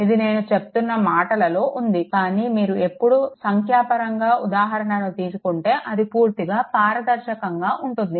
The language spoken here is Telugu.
ఇది నేను చెబుతున్న మాటలలో ఉంది కానీ మీరు ఎప్పుడు సంఖ్యాపరంగా ఉదాహరణను తీసుకుంటే అది పూర్తిగా పారదర్శకంగా ఉంటుంది